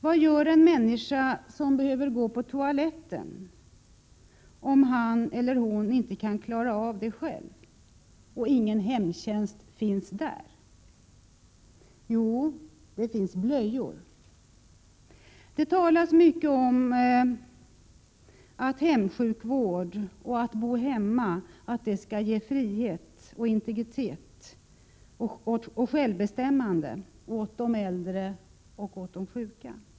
Vad gör en människa som behöver gå på toaletten om haneller hon inte kan klara av det själv och ingen hemtjänst finns där? Jo, det finns blöjor. Det talas mycket om att hemsjukvård och att bo hemma skall ge frihet och integritet och självbestämmande åt de äldre och de sjuka.